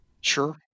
Sure